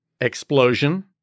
explosion